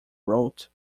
route